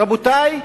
רבותי,